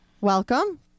Welcome